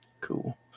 cool